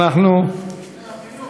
שר החינוך.